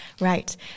Right